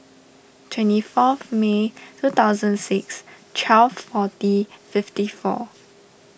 twenty fourth May two thousand six twelve forty fifty four